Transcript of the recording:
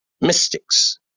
mystics